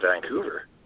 Vancouver